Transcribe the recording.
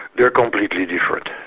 they're completely different.